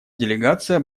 делегация